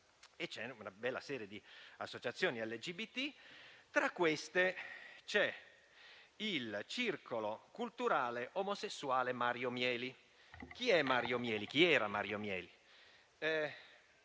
e c'è una bella serie di associazioni LGBT, tra le quali il circolo culturale omosessuale Mario Mieli. Chi era Mario Mieli?